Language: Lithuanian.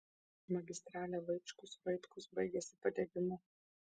magistralė vaičkus vaitkus baigiasi padegimu